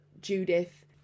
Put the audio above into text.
Judith